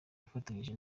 yafatanije